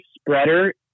spreader